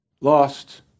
lost